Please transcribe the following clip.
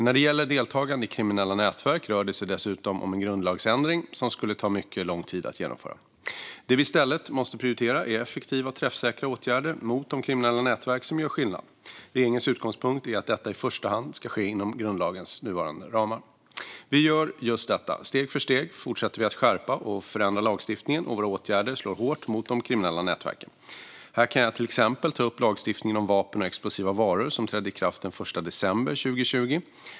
När det gäller deltagande i kriminella nätverk rör det sig dessutom om en grundlagsändring som skulle ta mycket lång tid att genomföra. Det vi i stället måste prioritera är effektiva och träffsäkra åtgärder mot de kriminella nätverken som gör skillnad. Regeringens utgångspunkt är att detta i första hand ska ske inom grundlagens nuvarande ramar. Vi gör just detta. Steg för steg fortsätter vi att skärpa och förändra lagstiftningen, och våra åtgärder slår hårt mot de kriminella nätverken. Här kan jag till exempel ta upp lagstiftningen om vapen och explosiva varor som trädde i kraft den 1 december 2020.